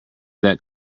that